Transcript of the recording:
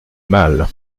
mal